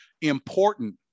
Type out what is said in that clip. important